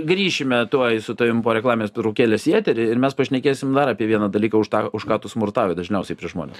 grįšime tuoj su tavim po reklaminės pertraukėlės į eterį ir mes pašnekėsim dar apie vieną dalyką už tą už ką tu smurtauji dažniausiai prieš žmones